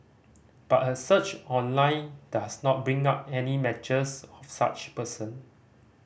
but a search online does not bring up any matches of such person